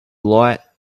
lot